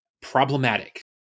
problematic